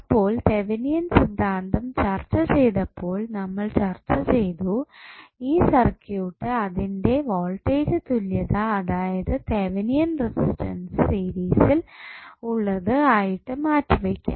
അപ്പോൾ തെവനിയൻ സിദ്ധാന്തം ചർച്ച ചെയ്തപ്പോൾ നമ്മൾ ചർച്ച ചെയ്തു ഈ സർക്യൂട്ട് അതിന്റെ വോൾടേജ് തുല്യത അതായത് തെവനിയൻ റെസിസ്റ്റൻസ് സീരിസിൽ ഉള്ളത് ആയിട്ട് മാറ്റി വെയ്ക്കാം